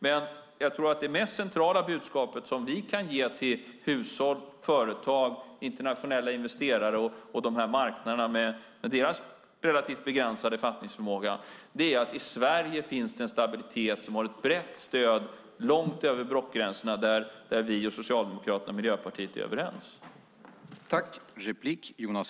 Men jag tror att det mest centrala budskap som vi kan ge till hushåll, företag, internationella investerare och de här marknaderna, med deras relativt begränsade fattningsförmåga, är att det i Sverige finns en stabilitet som har ett brett stöd långt över blockgränserna, där vi, Socialdemokraterna och Miljöpartiet är överens.